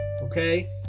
okay